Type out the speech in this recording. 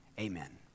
Amen